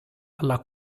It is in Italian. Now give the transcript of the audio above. alla